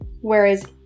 whereas